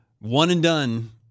one-and-done